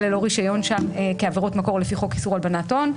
ללא רישיון כעבירות מקור לפי חוק איסור הלבנת הון.